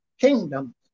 Kingdom